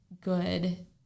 good